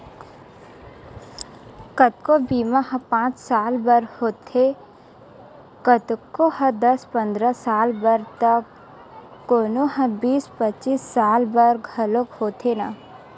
कोनो बीमा ह पाँच साल बर होथे, कोनो ह दस पंदरा साल त कोनो ह बीस पचीस साल बर घलोक होथे न